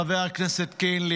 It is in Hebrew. חבר הכנסת קינלי,